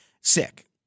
sick